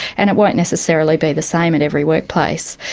and it won't necessarily be the same in every workplace.